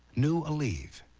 new aleve.